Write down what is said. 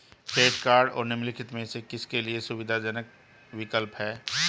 Credit cards निम्नलिखित में से किसके लिए सुविधाजनक विकल्प हैं?